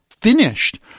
finished